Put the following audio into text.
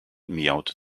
miaute